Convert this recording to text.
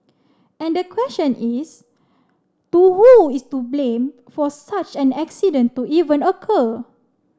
and the question is to who is to blame for such an accident to even occur